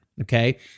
Okay